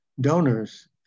donors